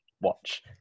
watch